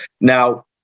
Now